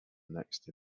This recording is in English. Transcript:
next